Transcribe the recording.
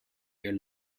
weer